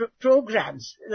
programs